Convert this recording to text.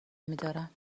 میدارم